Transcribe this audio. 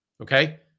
Okay